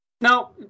Now